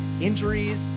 injuries